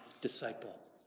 disciple